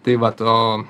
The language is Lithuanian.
tai vat o